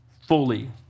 fully